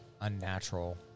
unnatural